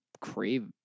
crave